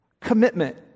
Commitment